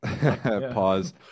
Pause